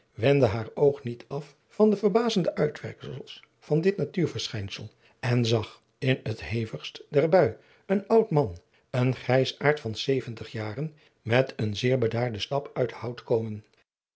wendde haar oog niet af van de verbazende uitwerksels van dit natuurverschijnsel en zag in het hevigst der bui een oud man een grijsaard van zeventig jaren met een zeer bedaarden stap uit den hout komen